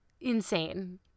insane